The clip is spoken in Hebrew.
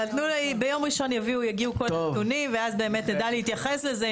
ביום ראשון יגיעו כל הנתונים ואז באמת נדע להתייחס לזה,